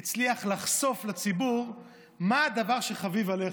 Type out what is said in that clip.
הצליח לחשוף לציבור מה הדבר שחביב עליך.